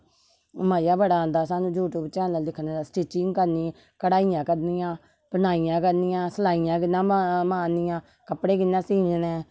मजा बडा आंदा सानू यूट्यूब चैनल दिक्खने दा स्टिचिगं करनी कढाइयां करनियां बुंनाइयां करनिया सलाइयां करनिया नमां कपडे़ कियां सीने